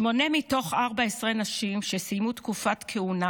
שמונה מתוך 14 נשים שסיימו תקופת כהונה